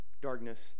darkness